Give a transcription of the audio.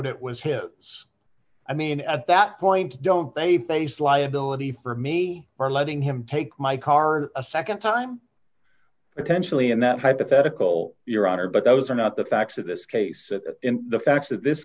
it was him i mean at that point don't they face liability for me for letting him take my car a nd time attention in that hypothetical your honor but those are not the facts of this case the facts of this